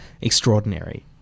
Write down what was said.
extraordinary